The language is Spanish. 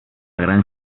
gran